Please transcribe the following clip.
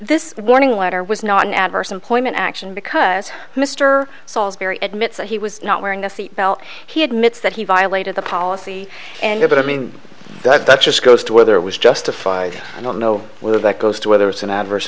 this warning letter was not an adverse employment action because mr sauls very admits that he was not wearing a seatbelt he admits that he violated the policy and but i mean that's just goes to whether it was justified i don't know whether that goes to whether it's an adverse